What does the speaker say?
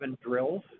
drills